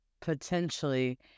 potentially